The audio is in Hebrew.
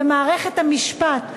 ומערכת המשפט,